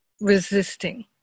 resisting